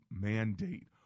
mandate